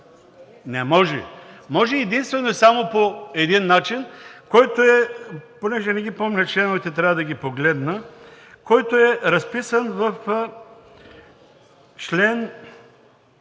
Не може. Може единствено и само по един начин, който е – понеже не помня членовете, трябва да ги погледна – разписан в чл.